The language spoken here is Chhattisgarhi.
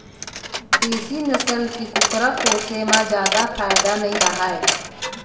देसी नसल के कुकरा पोसे म जादा फायदा नइ राहय